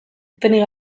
etenik